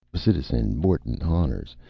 citizen honners?